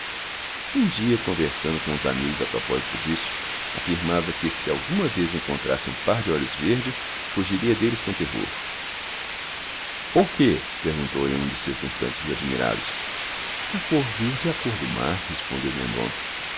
um dia conversando com uns amigos a propósito disto afirmava que se alguma vez encontrasse um par de olhos verdes fugiria deles com terror por quê perguntou-lhe um dos circunstantes admirado a cor verde é a cor do mar respondeu